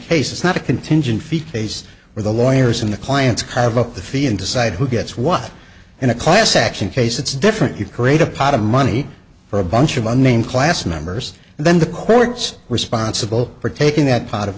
cases not a contingent fee case where the lawyers in the clients carve up the fee and decide who gets what in a class action case it's different you create a pot of money for a bunch of unnamed class members and then the court's responsible for taking that pot of